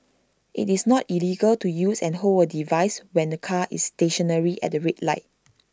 it's not illegal to use and hold A device when the car is stationary at the red light